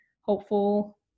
hopeful